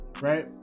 right